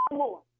more